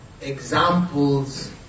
examples